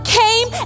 came